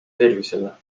tervisele